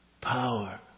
power